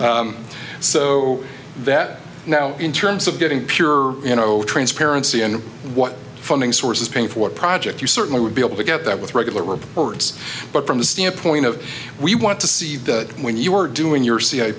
e so that now in terms of getting pure you know transparency in what funding source is paying for project you certainly would be able to get that with regular reports but from the standpoint of we want to see the when you are doing your c